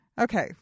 Okay